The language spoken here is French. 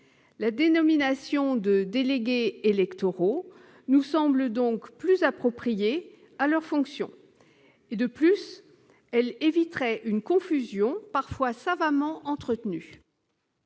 La dénomination de délégué électoral nous semble donc plus appropriée à la fonction. De plus, elle éviterait une confusion, parfois savamment entretenue.